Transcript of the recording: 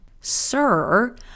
sir